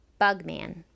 Bugman